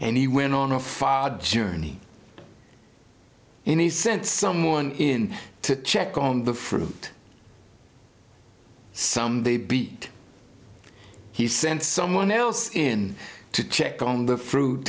and he went on a foggy journey in a sense someone in to check on the fruit some day beat he sent someone else in to check on the fruit